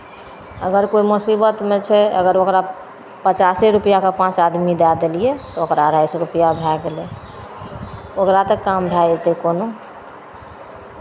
अगर कोइ मुसीबतमे छै अगर ओकरा पचासे रुपैआके पाँच आदमी दए देलियै तऽ ओकरा अढ़ाइ सए रुपैआ भए गेलै ओकरा तऽ काम भए जेतै कोनो